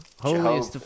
Holy